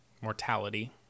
mortality